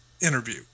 interview